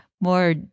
more